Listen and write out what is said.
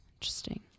Interesting